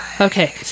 Okay